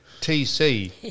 TC